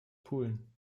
pulen